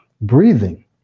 breathing